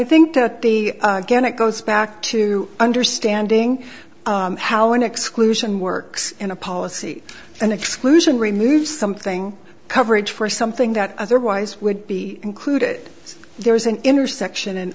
think the again it goes back to understanding how an exclusion works and a policy and exclusion removes something coverage for something that otherwise would be included there is an intersection an